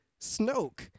Snoke